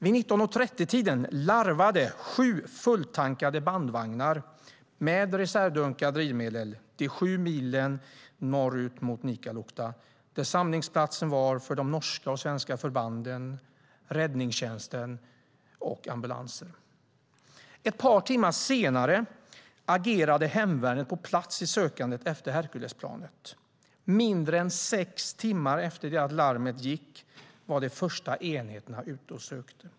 Vid 19.30-tiden larvade sju fulltankande bandvagnar med reservdunkar drivmedel de sju milen norrut mot Nikkaluokta, som var samlingsplatsen för de norska och svenska förbanden, räddningstjänsten och ambulanser. Ett par timmar senare agerade hemvärnet på plats i sökandet efter Herculesplanet. Mindre än sex timmar efter det att larmet gick var de första enheterna ute och sökte.